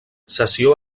sessió